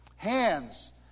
Hands